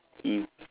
if